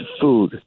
food